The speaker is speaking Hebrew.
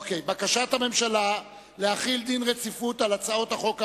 בקשת הממשלה להחיל דין רציפות על הצעות החוק הבאות: